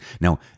Now